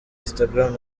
instagram